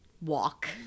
walk